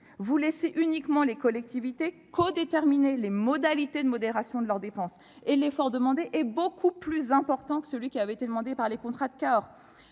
vous laissez simplement les collectivités codéterminer les modalités de modération de leurs dépenses, et l'effort demandé est beaucoup plus important que celui qui avait été demandé par les contrats de Cahors.